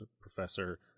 Professor